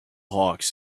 hawks